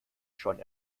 schon